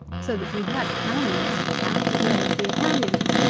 so that we had hands to plat as well as the italians.